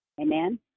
Amen